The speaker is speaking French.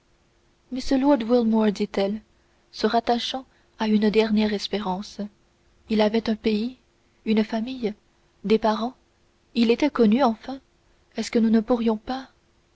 mais ce lord wilmore dit-elle se rattachant à une dernière espérance il avait un pays une famille des parents il était connu enfin est-ce que nous ne pourrions pas